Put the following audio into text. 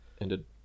ended